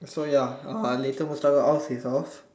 so ya uh later Mustafa out of his house